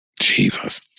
Jesus